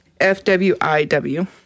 F-W-I-W